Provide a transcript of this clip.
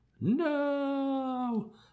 no